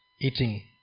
eating